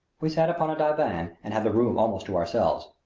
we sat upon a divan and had the room almost to ourselves.